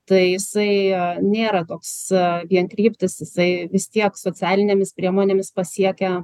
tai jisai nėra toks vienkryptis jisai vis tiek socialinėmis priemonėmis pasiekia